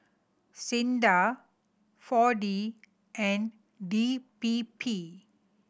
SINDA Four D and D P P